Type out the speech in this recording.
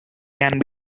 can